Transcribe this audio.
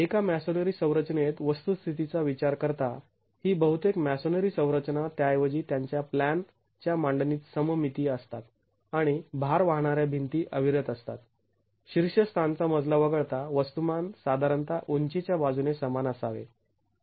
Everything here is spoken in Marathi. एका मॅसोनेरी संरचनेत वस्तुस्थिती चा विचार करता ही बहुतेक मॅसोनेरी संरचना त्याऐवजी त्यांच्या प्लॅन च्या मांडणीत सममितीय असतात आणि भार वाहणार्या भिंती अविरत असतात शीर्षस्थानचा मजला वगळता वस्तुमान साधारणतः उंचीच्या बाजूने समान असावे